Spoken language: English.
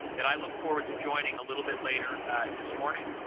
that i look forward to joining a little bit later this morning,